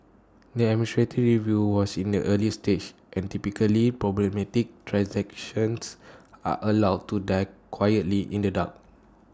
the administrative review was in the early stages and typically problematic transactions are allowed to die quietly in the dark